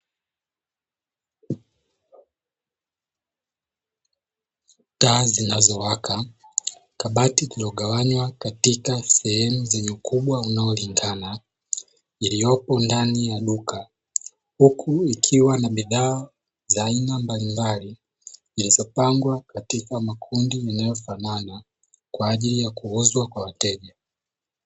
Taa zinazowaka, kabati iliyogawanywa katika zenye ukubwa unaolingana iliyopo ndani ya duka huku ikiwa na bidhaa za aina mbalimbali zilizopangwa katika makundi yanayofanana kwa ajili ya kuuzwa kwa wateja.